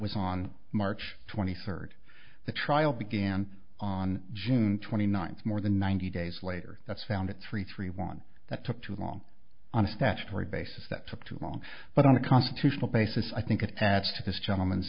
was on march twenty third the trial began on june twenty ninth more than ninety days later that found it three three one that took too long on a statutory basis that took too long but on a constitutional basis i think it adds to this gentleman's